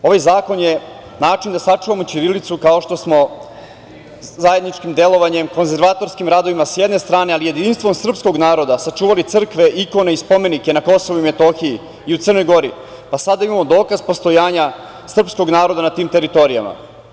Ovaj zakon je način da sačuvamo ćirilicu kao što smo zajedničkim delovanjem, konzervatorskim radovima, s jedne strane, ali i jedinstvom srpskog naroda sačuvali crkve, ikone i spomenike na KiM i u Crnoj Gori, pa sada imamo dokaz postojanja srpskog naroda na tim teritorijama.